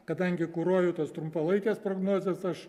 kadangi kuruoju tas trumpalaikes prognozes aš